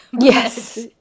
yes